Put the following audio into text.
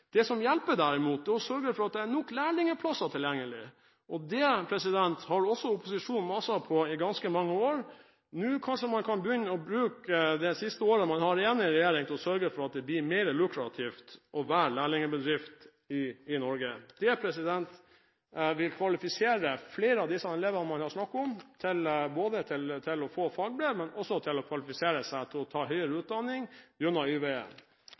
Det som hjelper, derimot, er å sørge for at det er nok lærlingplasser tilgjengelig. Det har også opposisjonen mast om i ganske mange år. Kanskje man kan bruke det siste året man har igjen i regjering, til å sørge for at det blir mer lukrativt å være lærlingbedrift i Norge? Det vil kvalifisere flere av de elevene man her snakker om, til å ta fagbrev, men også til å ta høyere utdanning, gjennom Y-veien. Svaret er altså ikke å sende folk som holder på å falle ut av videregående skole, inn i høyere utdanning.